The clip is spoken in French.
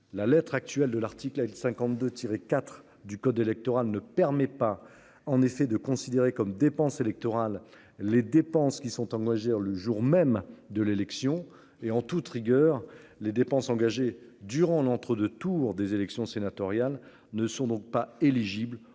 La lettre actuelle de l'article L 52 tiré IV du code électoral ne permet pas en effet de considérer comme dépense électorale les dépenses qui sont engagées, le jour même de l'élection et en toute rigueur les dépenses engagées durant l'entre-2 tours des élections sénatoriales ne sont donc pas éligibles